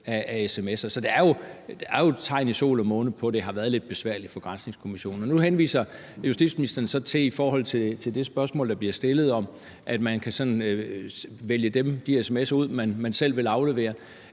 af sms'er. Så der er jo tegn i sol og måne på, at det har været lidt besværligt for granskningskommissionen. Nu henviser justitsministeren så i forbindelse med det spørgsmål, der bliver stillet, til, at man kan vælge de sms'er ud, man selv vil aflevere,